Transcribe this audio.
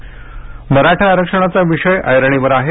फुले मराठा आरक्षणाचा विषय ऐरणीवर आहे